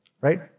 right